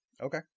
Okay